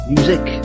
Music